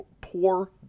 poor